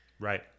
Right